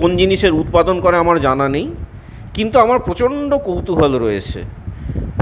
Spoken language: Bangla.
কোন জিনিসের উৎপাদন করে আমার জানা নেই কিন্তু আমার প্রচণ্ড কৌতুহল রয়েছে